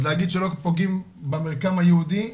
אז להגיד שלא פוגעים במרקם היהודי,